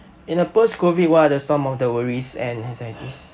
in the post-COVID what are the some of the worries and anxieties